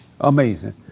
Amazing